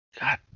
God